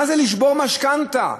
מה זה לשבור משכנתה?